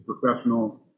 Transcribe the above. professional